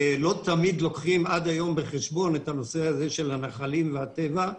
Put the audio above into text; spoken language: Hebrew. לא תמיד לוקחים עד היום בחשבון את הנושא הזה של הנחלים והטבע.